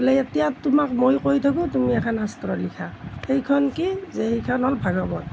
বোলে এতিয়া তোমাক মই কৈ থাকোঁ তুমি এখন শাস্ত্ৰ লিখা সেইখন কি যে সেইখন হ'ল ভাগৱত